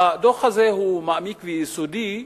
הדוח הזה הוא מעמיק ויסודי.